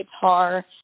guitar